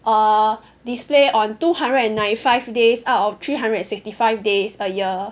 err display on two hundred and ninety five days out of three hundred and sixty five days a year